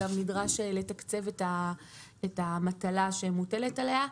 נדרש גם לתקצב את המטלה שמוטלת עליה.